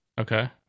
Okay